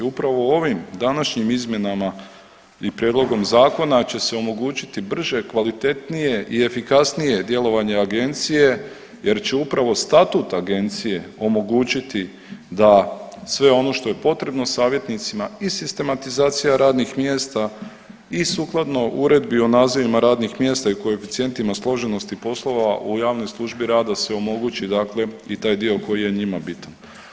Upravo ovim današnjim izmjenama i prijedlogom zakona će se omogućiti brže, kvalitetnije i efikasnije djelovanje agencije, jer će upravo statut agencije omogućiti da sve ono što je potrebno savjetnicima i sistematizacija radnih mjesta i sukladno Uredbi o nazivima radnih mjesta i koeficijentima složenosti poslova u javnoj službi rada da se omogući dakle i taj dio koji je njima bitan.